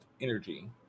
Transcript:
energy